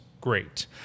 Great